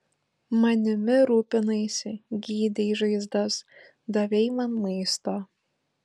manimi rūpinaisi gydei žaizdas davei man maisto